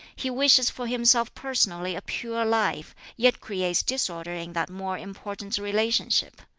he wishes for himself personally a pure life, yet creates disorder in that more important relationship.